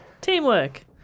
Teamwork